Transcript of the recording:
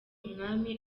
umwami